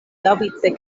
laŭvice